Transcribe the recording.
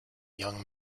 young